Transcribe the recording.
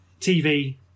TV